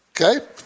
okay